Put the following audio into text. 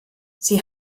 sie